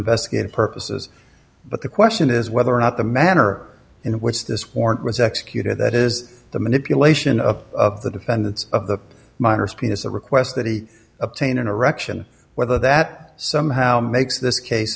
investigative purposes but the question is whether or not the manner in which this warrant was executed that is the manipulation of the defendants of the minors penis a request that he obtain an erection whether that somehow makes this case